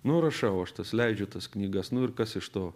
nu rašau aš tas leidžiu tas knygas nu ir kas iš to